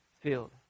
field